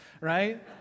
right